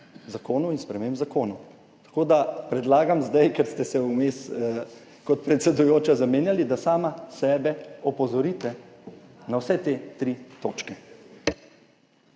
zakonov in sprememb zakonov. Tako da zdaj predlagam, ker ste se vmes kot predsedujoči zamenjali, da sami sebe opozorite na vse te tri točke.